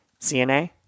CNA